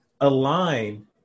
align